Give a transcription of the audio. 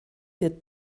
wird